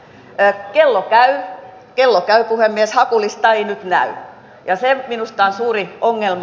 kello käy kello käy puhemies hakulista ei nyt näy ja se minusta on suuri ongelma